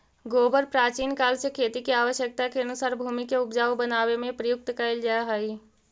गोबर प्राचीन काल से खेती के आवश्यकता के अनुसार भूमि के ऊपजाऊ बनावे में प्रयुक्त कैल जा हई